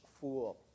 fool